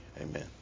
Amen